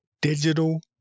digital